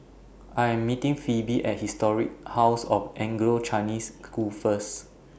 I Am meeting Phoebe At Historic House of Anglo Chinese School First